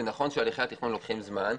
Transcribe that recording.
ונכון שהליכי התכנון לוקחים זמן.